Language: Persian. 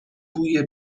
بوی